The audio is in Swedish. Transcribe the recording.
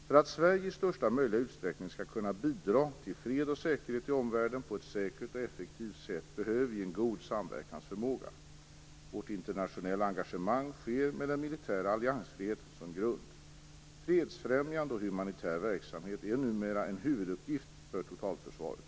För att Sverige i största möjliga utsträckning skall kunna bidra till fred och säkerhet i omvärlden på ett säkert och effektivt sätt behöver vi en god samverkansförmåga. Vårt internationella engagemang sker med den militära alliansfriheten som grund. Fredsfrämjande och humanitär verksamhet är numera en huvuduppgift för totalförsvaret.